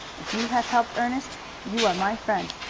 if you have helped ernest you are my friend.